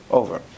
over